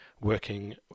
Working